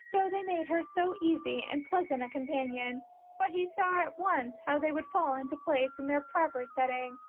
though they made her so easy and pleasant a companion but he saw at once how they would fall into place in their proper setting.